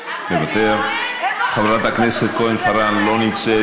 מוותר, חברת הכנסת כהן-פארן, לא נמצאת,